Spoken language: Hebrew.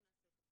אנחנו נעשה את